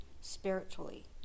spiritually